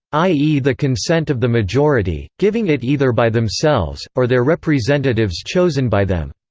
i e. the consent of the majority, giving it either by themselves, or their representatives chosen by them.